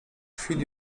chwili